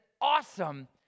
awesome